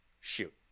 Shoot